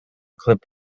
clip